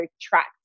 tracked